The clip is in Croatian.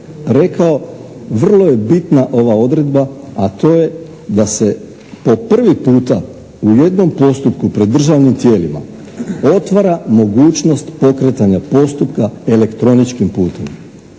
rekao vrlo je bitna ova odredba, a to je da se po prvi puta u jednom postupku pred državnim tijelima otvara mogućnost pokretanja postupka elektroničkim putem.